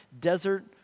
desert